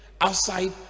outside